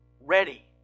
ready